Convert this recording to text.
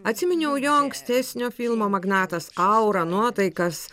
atsiminiau jo ankstesnio filmo magnatas aurą nuotaikas